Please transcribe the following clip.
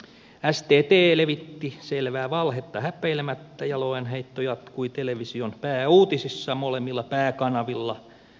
stt levitti selvää valhetta häpeilemättä ja loanheitto jatkui television pääuutisissa molemmilla pääkanavilla